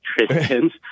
Christians